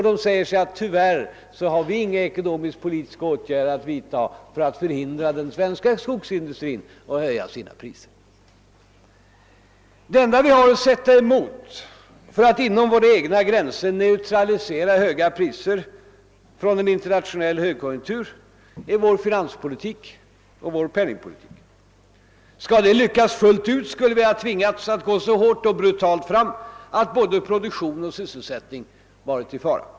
De säger då: »Tyvärr har vi inga politiska åtgärder att vidta för att förhindra den svenska skogsindustrin att höja sina priser.» Det enda vi har att sätta emot för att inom våra egna gränser neutralisera höga priser från en internationell högkonjunktur är vår finanspolitik och vår penningpolitik. Skulle det ha lyckats fullt ut, skulle vi ha tvingats att gå så hårt och brutalt fram att både produktion och sysselsätt ning varit i fara.